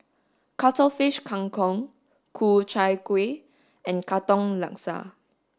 cuttlefish Kang Kong Ku Chai Kuih and katong laksa